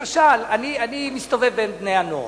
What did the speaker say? למשל, אני מסתובב בין בני-הנוער.